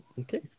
okay